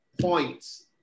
Points